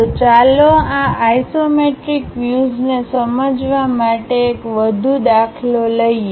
તો ચાલો આ આઇસોમેટ્રિક વ્યૂઝને સમજવા માટે એક વધુ દાખલો લઈએ